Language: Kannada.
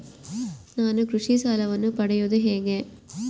ನಾನು ಕೃಷಿ ಸಾಲವನ್ನು ಪಡೆಯೋದು ಹೇಗೆ?